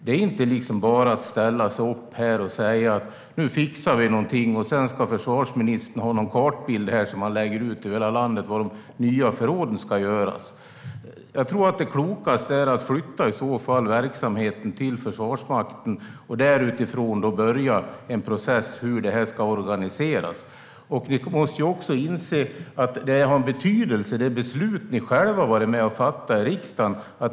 Det är inte bara att ställa sig upp här och säga: Nu fixar vi någonting, och sedan ska försvarsministern ha en kartbild som han lägger ut över hela landet och som visar var de nya förråden ska ligga. Jag tror att det klokaste vore att flytta verksamheten till Försvarsmakten och därifrån påbörja en process för hur det ska organiseras. Ni måste inse att det beslut som ni själva har varit med om att fatta i riksdagen har betydelse.